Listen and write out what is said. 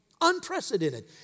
Unprecedented